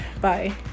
Bye